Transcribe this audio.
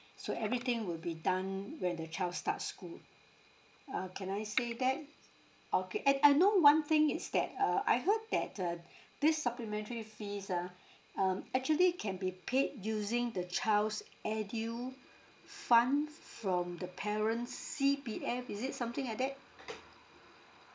so everything will be done when the child starts school uh can I say that okay and I know one thing is that uh I heard that uh this supplementary fees ah um actually can be paid using the child's edufund from the parent's C_P_F is it something like that